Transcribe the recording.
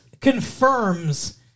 confirms